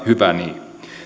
hyvä niin